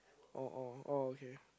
oh oh oh okay